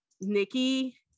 Nikki